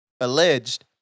alleged